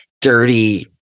dirty